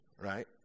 right